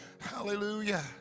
Hallelujah